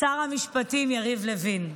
שר המשפטים יריב לוין,